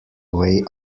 way